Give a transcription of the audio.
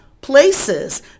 places